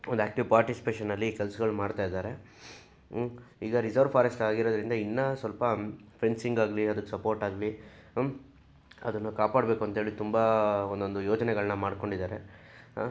ಒಂದು ಆ್ಯಕ್ಟೀವ್ ಪಾರ್ಟಿಸಿಪೇಶನ್ಲ್ಲಿ ಕೆಲಸಗಳು ಮಾಡ್ತಾ ಇದ್ದಾರೆ ಈಗ ರಿಸರ್ವ್ ಫಾರೆಸ್ಟ್ ಆಗಿರೋದರಿಂದ ಇನ್ನು ಸ್ವಲ್ಪ ಫೆನ್ಸಿಂಗ್ ಆಗಲಿ ಅದಕ್ಕೆ ಸಪೋರ್ಟ್ ಆಗಲಿ ಅದನ್ನು ಕಾಪಾಡಬೇಕು ಅಂಥೇಳಿ ತುಂಬ ಒಂದೊಂದು ಯೋಜನೆಗಳನ್ನ ಮಾಡ್ಕೊಂಡಿದ್ದಾರೆ